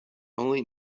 only